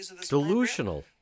Delusional